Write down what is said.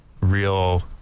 real